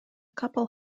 couple